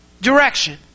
direction